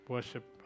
Worship